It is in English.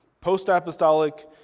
post-apostolic